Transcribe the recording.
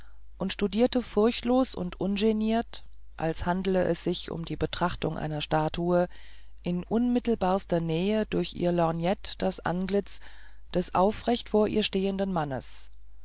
und studierte furchtlos und ungeniert als handle es sich um die betrachtung einer statue in unmittelbarster nähe durch ihre lorgnette das antlitz des aufrecht vor ihr stehenden mannes